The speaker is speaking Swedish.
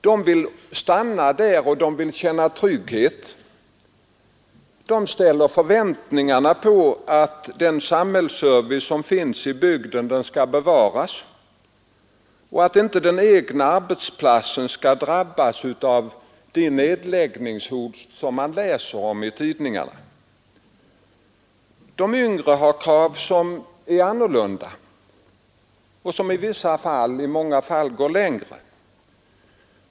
De vill stanna där, och de vill känna trygghet. De har förväntningar på att den samhällsservice som finns i bygden skall bevaras och att inte den egna arbetsplatsen skall drabbas av sådana nedläggningshot som de läser om i tidningarna. De yngre har krav som är annorlunda och som i många fall går längre.